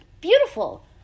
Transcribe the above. beautiful